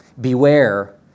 Beware